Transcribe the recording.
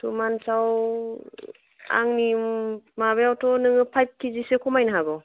two मान्थ्सयाव आंनि माबायावथ' नोङो फाइभ किजिसो खमायनो हागौ